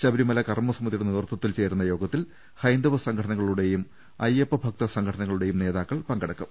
ശബരിമല കർമ്മ സമിതിയുടെ നേതൃത്വത്തിൽ ചേരുന്ന യോഗത്തിൽ ഹൈന്ദവ സംഘടനകളുടേയും അയ്യപ്പ ഭക്ത സംഘടനകളുടേയും നേതാക്കൾ പങ്കെടുക്കും